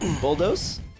bulldoze